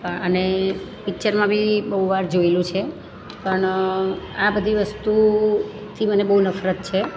પણ અને પિચ્ચરમાં બી બહુ વાર જોએલું છે પણ આ બધી વસ્તુથી મને બહુ નફરત છે